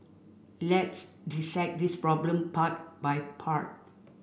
let's dissect this problem part by part